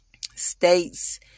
states